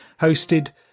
hosted